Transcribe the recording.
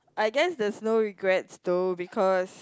I guess there's no regrets though because